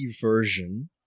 version